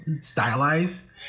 stylized